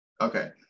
Okay